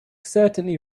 certainly